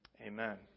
amen